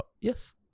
Yes